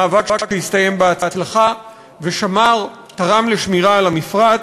מאבק שהסתיים בהצלחה ותרם לשמירה על המפרץ.